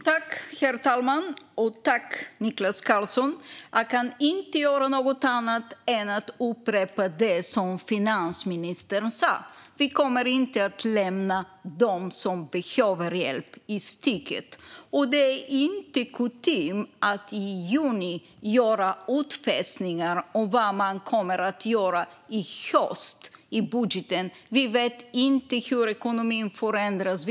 Herr talman! Jag kan inte göra något annat än upprepa det som finansministern sa: Vi kommer inte att lämna dem som behöver hjälp i sticket. Det är inte kutym att i juni göra utfästelser om vad man kommer att göra i höst i budgeten. Vi vet inte hur ekonomin förändras.